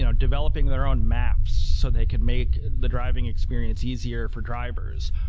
you know developing their own maps so they can make the driving experience easier for drivers,